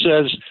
says